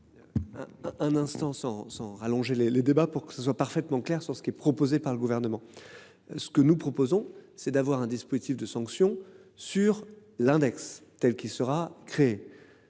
Un instant sans sans rallonger les les débats pour que ce soit parfaitement clair sur ce qui est proposé par le gouvernement. Ce que nous proposons, c'est d'avoir un dispositif de sanctions sur l'index telle qui sera créé.